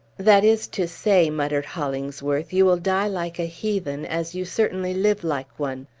that is to say, muttered hollingsworth, you will die like a heathen, as you certainly live like one.